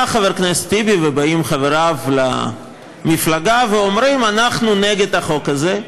חבר הכנסת טיבי וחבריו למפלגה אומרים: אנחנו נגד החוק הזה,